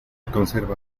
conserva